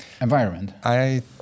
environment